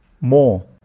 more